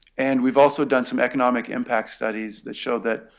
and we've also done some economic impact studies that show that,